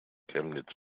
chemnitz